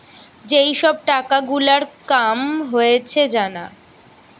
যেই সব টাকা গুলার কাম হয়েছে জানা